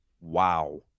Wow